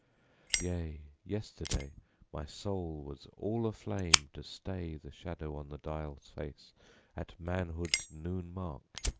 yea, yesterday my soul was all aflame to stay the shadow on the dial's face at manhood's noonmark!